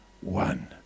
one